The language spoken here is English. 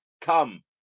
come